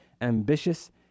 ambitious